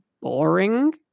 boring